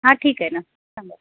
हां ठीक आहे ना चालू